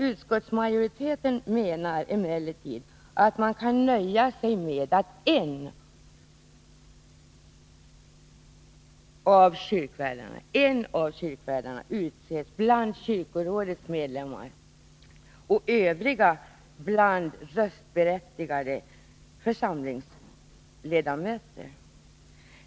Utskottsmajoriteten menar emellertid att man kan nöja sig med att en av kyrkvärdarna utses bland kyrkorådets ledamöter och övriga bland röstberättigade församlingsledamöter.